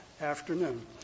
afternoon